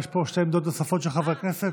יש פה שתי עמדות נוספות של חברי כנסת.